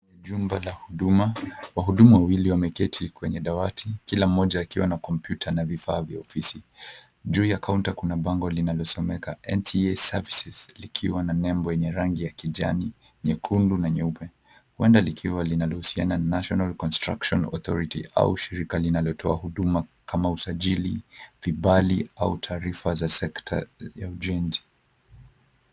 Jumba la huduma. Wahudumu wawili wameketi kwenye dawati, kila mmoja akiwa na kompyuta na vifaa vya ofisi. Juu ya kaunta kuna bango linalosomeka, "NTA services", likiwa na nembo yenye rangi ya kijani, nyekundu na nyeupe. Huenda likiwa linalohusiana National Construction Authority au shirika linalotoa huduma kama usajili, vibali au taarifa za sekta ya ujenzi.